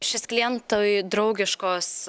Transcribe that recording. šis klientui draugiškos